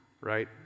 Right